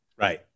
Right